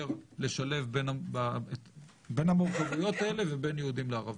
לשלב בין המורכבויות האלה ובין יהודים ערבים.